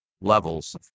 levels